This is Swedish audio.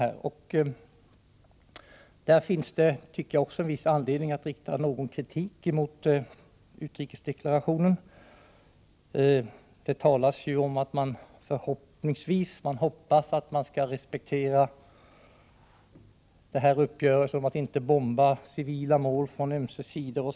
I det avseendet tycker jag att det finns anledning att rikta en viss kritik mot utrikesdeklarationen. Där uttalas förhoppningar om att uppgörelsen om att inte bomba civila mål skall respekteras.